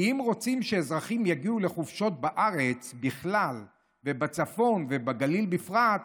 כי אם רוצים שאזרחים יגיעו לחופשות בארץ בכלל ובצפון ובגליל בפרט,